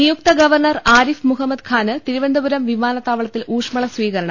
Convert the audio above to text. നിയുക്ത ഗവർണർ ആരിഫ് മുഹമ്മദ് ഖാന് തിരുവനന്തപുരം വിമാനത്താവളത്തിൽ ഊഷ്മള സ്വീകരണം